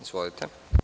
Izvolite.